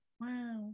Wow